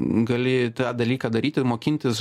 gali tą dalyką daryti mokintis